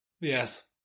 Yes